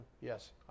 Yes